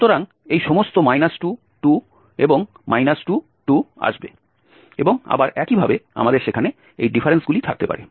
সুতরাং এই সমস্ত 22 এবং 22 আসবে এবং আবার একইভাবে আমাদের সেখানে এই ডিফারেন্সগুলি থাকতে পারে